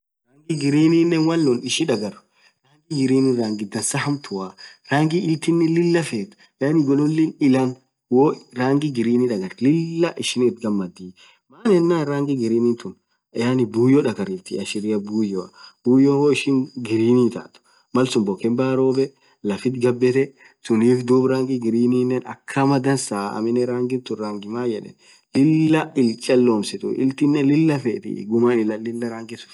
rangii greeninen Mal nuh ishii dhagarrr rangi green rangi dhansaa hamtua rangii iltinen Lilah fethuu yaani gololi illa rangi green dagarth Lilah ishin ithgamdhii maan yenen rangi green thun yaani buyoo dhagariftii ashiria buyoa buyon woo ishin green ithathe malsun bokken bayya robbe laftii ghabethee sunif dhub rangi greeninen akamaa dhansaaa aminen rangii thun rangi maan yedhen Lilah illi chollomsuthu illi thinen Lilah fethii ghumaa ilah Lilah rangi suun fedha